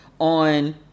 on